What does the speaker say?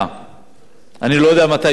אני לא יודע מתי תוכן, מתי תוגש